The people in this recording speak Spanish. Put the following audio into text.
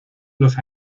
los